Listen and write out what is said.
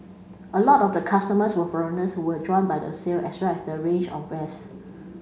a lot of the customers were foreigners who were drawn by the sale as well as the range of wares